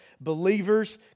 believers